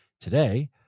today